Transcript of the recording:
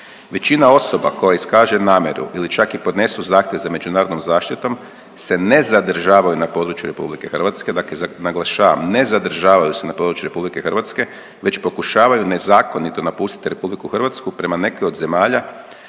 Većina osoba koja iskaže namjeru ili čak i podnesu zahtjev za međunarodnom zaštitom se ne zadržavaju na području RH, dakle naglašavam ne zadržavaju se na području RH već pokušavaju nezakonito napustit RH prema nekoj od zemalja